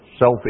selfie